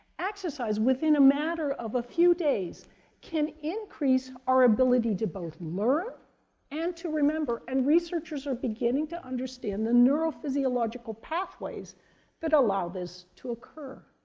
exercise within a matter of a few days can increase our ability to both learn and to remember, and researchers are beginning to understand the neurophysiological pathways that allow this to occur.